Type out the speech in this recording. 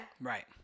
Right